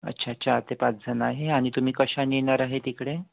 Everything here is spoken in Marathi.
अच्छा चार ते पाच जण आहे आणि तुम्ही कशाने येणार आहे तिकडे